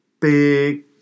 big